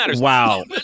Wow